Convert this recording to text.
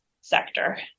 sector